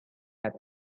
had